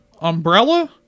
Umbrella